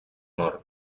nord